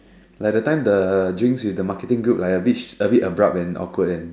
like the time the drinks with the marketing group like a bit shh a bit abrupt and awkward eh